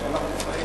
שאתו אנחנו חיים.